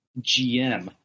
GM